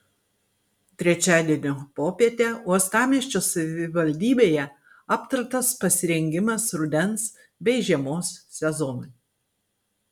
trečiadienio popietę uostamiesčio savivaldybėje aptartas pasirengimas rudens bei žiemos sezonui